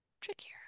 trickier